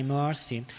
mercy